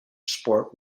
sport